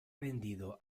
vendido